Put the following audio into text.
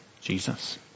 Jesus